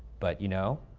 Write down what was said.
but, you know,